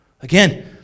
Again